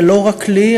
ולא רק לי,